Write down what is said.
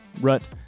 rut